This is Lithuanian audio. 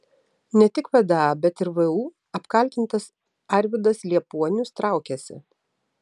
ne tik vda bet ir vu apkaltintas arvydas liepuonius traukiasi